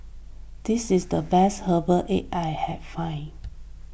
this is the best Herbal Egg I have find